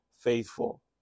faithful